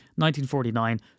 1949